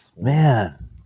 man